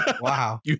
wow